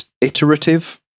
iterative